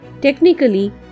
Technically